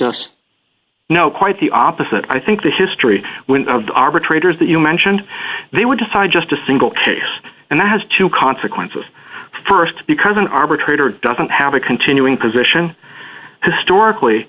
us no quite the opposite i think the history of the arbitrators that you mentioned they would decide just a single case and that has to consequences st because an arbitrator doesn't have a continuing position historically